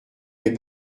mes